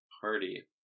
Party